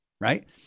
right